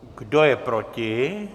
Kdo je proti?